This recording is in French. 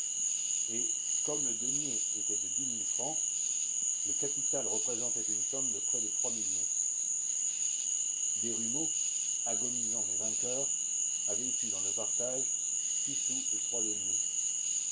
et comme le denier était de dix mille francs le capital représentait une somme de près de trois millions desrumaux agonisant mais vainqueur avait eu dans le partage six sous et trois deniers